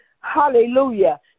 Hallelujah